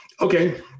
Okay